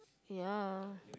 ya